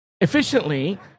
efficiently